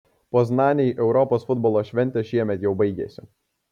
poznanei europos futbolo šventė šiemet jau baigėsi